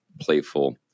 playful